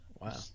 Wow